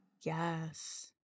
yes